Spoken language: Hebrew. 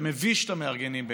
שמביש את המארגנים,